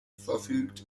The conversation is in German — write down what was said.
verfügt